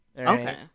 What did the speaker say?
Okay